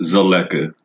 Zaleka